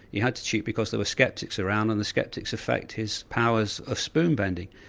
he had to cheat because there were sceptics around and the sceptics affect his powers of spoon-bending.